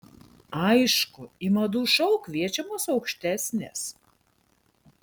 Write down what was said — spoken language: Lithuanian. aišku į madų šou kviečiamos aukštesnės